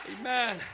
Amen